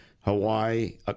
Hawaii